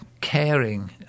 caring